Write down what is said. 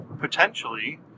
potentially